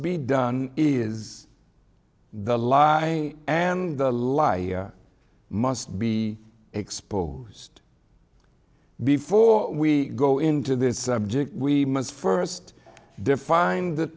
be done is the lie and the lie must be exposed before we go into this subject we must first define the